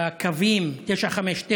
בקווים 959,